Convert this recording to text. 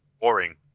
boring